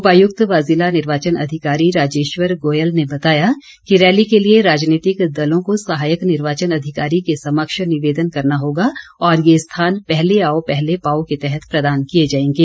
उपायुक्त व जिला निर्वाचन अधिकारी राजेश्वर गोयल ने बताया कि रैली के लिए राजनीतिक दलों को सहायक निर्वाचन अधिकारी के समक्ष निवेदन करना होगा और ये स्थान पहले आओ पहले पाओ के तहत प्रदान किए जाएंगे